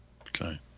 Okay